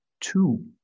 two